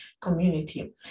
community